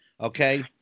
Okay